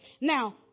now